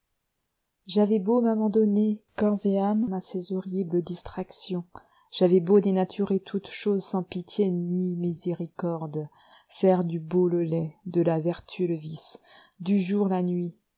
j'avais beau m'abandonner corps et âme à ces horribles distractions j'avais beau dénaturer toutes choses sans pitié ni miséricorde faire du beau le laid de la vertu le vice du jour la nuit